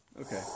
Okay